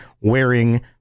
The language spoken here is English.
wearing